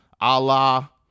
Allah